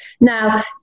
now